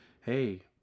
hey